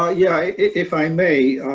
ah yeah. if i may,